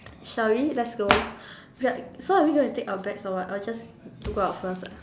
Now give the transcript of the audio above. shall we let's go we are so are we going to take our bags or what or we just go out first ah